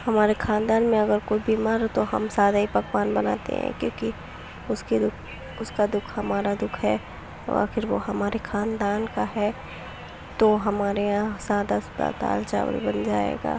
ہمارے خاندان میں اگر کوئی بیمار ہو تو ہم سادہ ہی پکوان بناتے ہیں کیوں کہ اس کے دکھ اس کا دکھ ہمارا دکھ ہے اور پھر وہ ہمارے خاندان کا ہے تو ہمارے یہاں سادہ سا دال چاول بن جائے گا